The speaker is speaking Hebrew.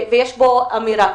ויש בו אמירה.